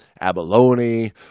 abalone